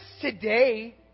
today